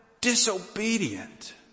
disobedient